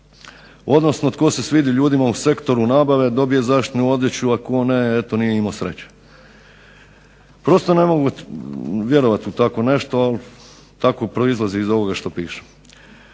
odnosno tko se svidi ljudima u sektoru nabave dobije zaštitnu odjeću, a tko ne eto nije imao sreće. Prosto ne mogu vjerovati u takvo nešto ali tako proizlazi iz ovoga što piše.